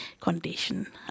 condition